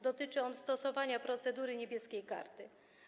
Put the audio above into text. Dotyczy on stosowania procedury „Niebieskiej karty”